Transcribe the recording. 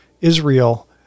Israel